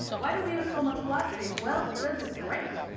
why do we use so much plastic? well, because it's great.